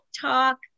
talk